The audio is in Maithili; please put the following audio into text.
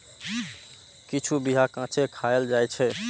किछु बीया कांचे खाएल जाइ छै